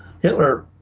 Hitler